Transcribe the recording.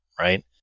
right